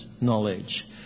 knowledge